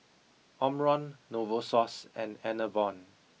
Omron Novosource and Enervon